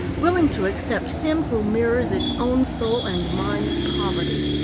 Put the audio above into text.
willing to accept him who mirrors its own soul and mind poverty.